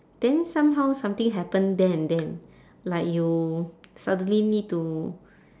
then somehow something happen there and then like you suddenly need to